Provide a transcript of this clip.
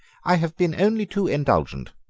i have been only too indulgent.